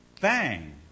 bang